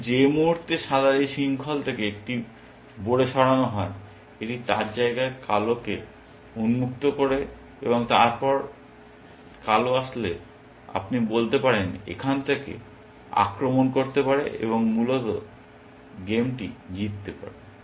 কিন্তু যে মুহুর্তে সাদার এই শৃঙ্খল থেকে একটি বোড়ে সরানো হয় এটি তার জায়গাটি কালোকে উন্মুক্ত করে দেয় এবং তারপরে কালো আসলে আপনি বলতে পারেন এখান থেকে আক্রমণ করতে পারে এবং মূলত গেমটি জিততে পারে